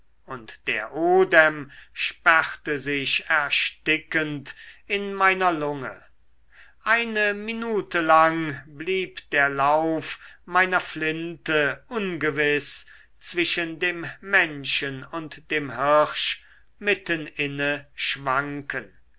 und der odem sperrte sich erstickend in meiner lunge eine minute lang blieb der lauf meiner flinte ungewiß zwischen dem menschen und dem hirsch mitten inne schwanken